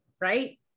Right